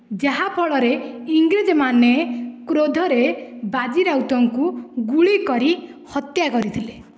ଯାହା ଫଳରେ ଇଂରେଜ୍ମାନେ କ୍ରୋଧରେ ବାଜି ରାଉତଙ୍କୁ ଗୁଳିକରି ହତ୍ୟା କରିଥିଲେ